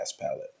palette